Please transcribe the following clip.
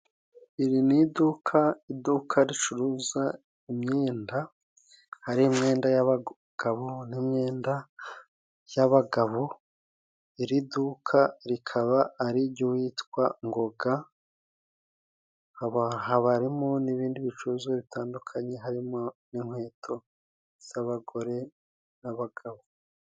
Iri ni iduka , iduka ricuruza imyenda, hari imyenda y'abagabo n'imyenda y'abagabo , iri duka rikaba ari ijy'uwitwa Ngoga , haba harimo n'ibindi bicuruzwa bitandukanye harimo n'inkweto z'abagore n'abagabo.